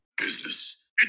business